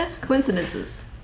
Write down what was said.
coincidences